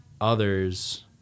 others